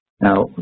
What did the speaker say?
Now